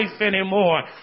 anymore